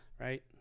Right